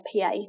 pa